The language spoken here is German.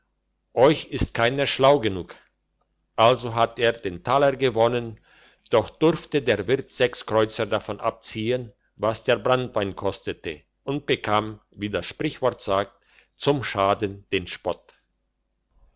euch ist keiner schlau genug also hatte er den taler gewonnen doch durfte der wirt sechs kreuzer davon abziehen was der branntwein kostete und bekam wie das sprichwort sagt zum schaden den spott